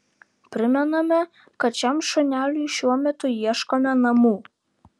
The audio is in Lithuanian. primename kad šiam šuneliui šiuo metu ieškome namų